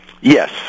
Yes